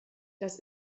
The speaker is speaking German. das